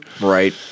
right